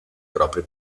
propri